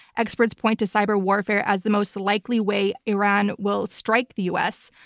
experts point to cyber warfare as the most likely way iran will strike the us.